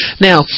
now